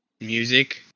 Music